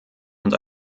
und